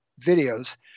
videos